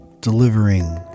Delivering